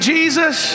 Jesus